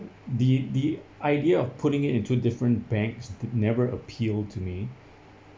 the the idea of putting it into different banks never appealed to me